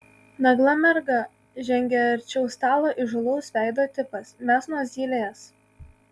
nagla merga žengė arčiau stalo įžūlaus veido tipas mes nuo zylės